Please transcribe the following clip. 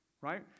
right